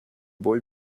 boy